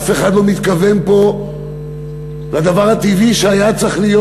אף אחד לא מתכוון פה לדבר הטבעי שהיה צריך להיות,